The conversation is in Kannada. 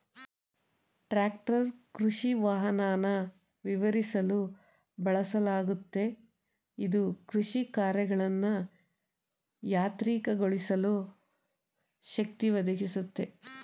ಟ್ರಾಕ್ಟರ್ ಕೃಷಿವಾಹನನ ವಿವರಿಸಲು ಬಳಸಲಾಗುತ್ತೆ ಇದು ಕೃಷಿಕಾರ್ಯಗಳನ್ನ ಯಾಂತ್ರಿಕಗೊಳಿಸಲು ಶಕ್ತಿ ಒದಗಿಸುತ್ತೆ